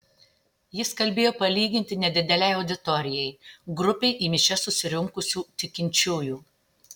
jis kalbėjo palyginti nedidelei auditorijai grupei į mišias susirinkusių tikinčiųjų